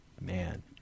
man